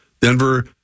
Denver